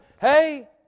hey